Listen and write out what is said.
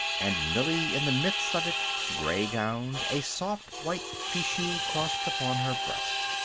and millie in the midst of it, gray-gowned, a soft white fichu crossed upon her breast.